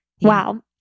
Wow